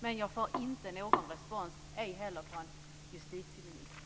Men jag får inte någon respons, ej heller från justitieministern.